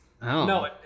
No